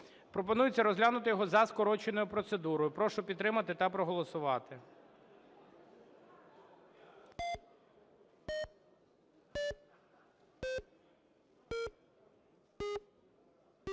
Пропонується розглянути його за скороченою процедурою. Прошу підтримати та проголосувати.